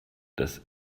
des